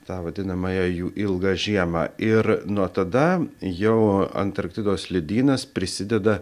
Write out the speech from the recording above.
tą vadinamąją jų ilgą žiemą ir nuo tada jau antarktidos ledynas prisideda